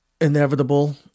inevitable